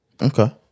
Okay